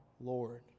Lord